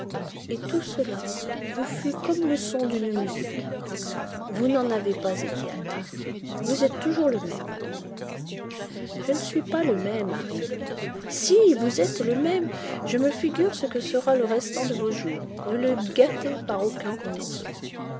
et tout cela vous fut comme le son d'une musique vous n'en avez pas été atteint vous êtes toujours le même je ne suis pas le même harry si vous êtes le même je me figure ce que sera le restant de vos jours ne le gâtez par aucun renoncement